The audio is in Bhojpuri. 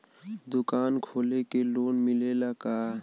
दुकान खोले के लोन मिलेला का?